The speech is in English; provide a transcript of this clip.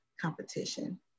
competition